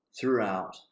throughout